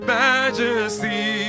majesty